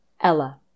Ella